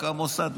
המוסד,